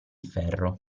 ferro